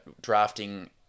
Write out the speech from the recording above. drafting